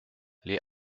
les